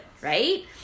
right